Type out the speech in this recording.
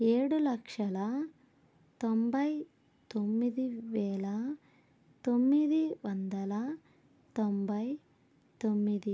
ఏడు లక్షల తొంభై తొమ్మిది వేల తొమ్మిది వందల తొంభై తొమ్మిది